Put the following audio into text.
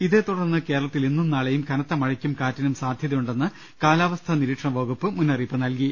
ഇതേ തുടർന്ന് കേരളത്തിൽ ഇന്നും നാളെയും കനത്ത മഴയ്ക്കും കാറ്റിനും സാധ്യതയുണ്ടെന്ന് കാലാവസ്ഥാ നിരീക്ഷണ വകുപ്പ് മുന്നറിയിപ്പ് നൽകി